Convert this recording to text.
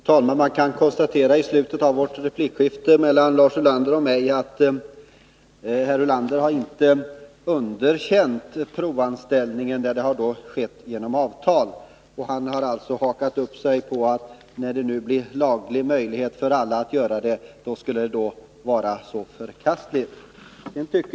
Fru talman! Man kan i slutet av replikskiftet mellan Lars Ulander och mig konstatera att Lars Ulander inte har underkänt provanställningar, när de har skett genom avtal. Men när provanställningar nu blir en laglig möjlighet för alla företagare, hakar han upp sig på att förfarandet skulle vara så förkastligt.